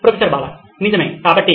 professor Bala నిజమే కాబట్టి